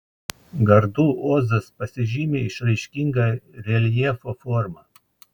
gardų ozas pasižymi išraiškinga reljefo forma